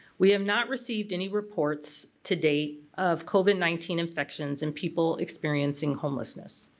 we have not received any reports to date of covid nineteen infections and people experiencing homelessness.